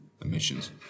emissions